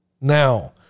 Now